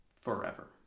forever